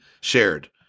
shared